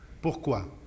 Pourquoi